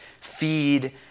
Feed